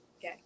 Okay